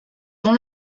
ton